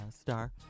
star